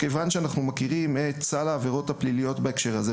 כיוון שאנחנו מכירים את סל העבירות הפליליות בהקשר הזה,